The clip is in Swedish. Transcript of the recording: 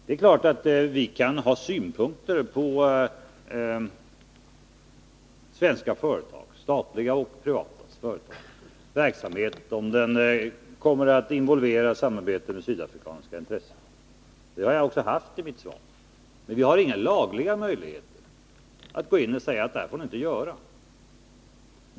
Det är klart att vi kan ha synpunkter på svenska företags — statliga och privata — verksamhet, som involverar samarbete med sydafrikanska intressen. Detta har jag också haft i mitt svar. Men vi har inga lagliga möjligheter att gå in och säga: Så här får ni inte göra.